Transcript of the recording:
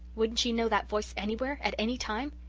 wouldn't she know that voice anywhere at any time?